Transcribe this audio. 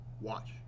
watch